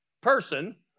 person